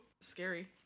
scary